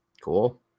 Cool